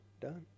done